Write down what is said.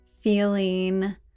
feeling